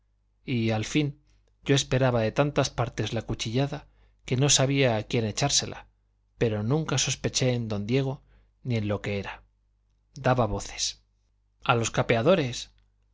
y al fin yo esperaba de tantas partes la cuchillada que no sabía a quién echársela pero nunca sospeché en don diego ni en lo que era daba voces a los capeadores